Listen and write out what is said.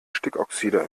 stickoxide